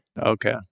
Okay